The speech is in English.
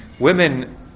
Women